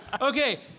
Okay